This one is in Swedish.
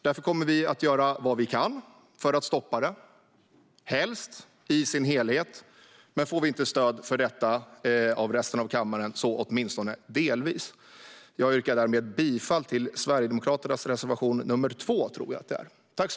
Därför kommer vi att göra vad vi kan för att stoppa det, helst i sin helhet men får vi inte stöd för detta av resten av kammaren så åtminstone delvis. Jag yrkar därmed bifall till Sverigedemokraternas reservation nr 2.